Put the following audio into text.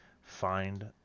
find